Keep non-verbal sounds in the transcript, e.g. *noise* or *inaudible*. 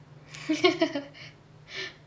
*laughs*